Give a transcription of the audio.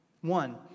One